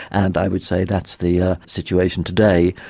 and i would say that's the ah situation today,